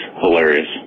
hilarious